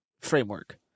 framework